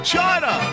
China